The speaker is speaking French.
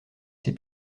ses